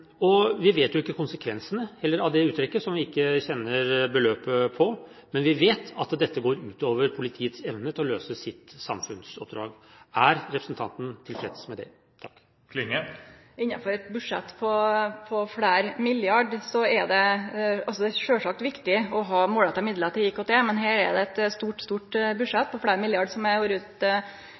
og vi kjenner altså fortsatt ikke neste års uttrekk. Vi kjenner heller ikke konsekvensene av det uttrekket når vi ikke kjenner beløpet, men vi vet at dette går ut over politiets evne til å løse sitt samfunnsoppdrag. Er representanten tilfreds med det? Det er sjølvsagt viktig å ha målretta midlar til IKT, men her er det eit stort budsjett på